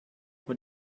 what